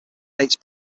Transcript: dates